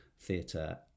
theatre